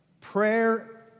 prayer